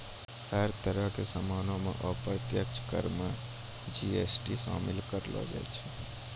हर तरह के सामानो पर अप्रत्यक्ष कर मे जी.एस.टी शामिल करलो जाय छै